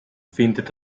findet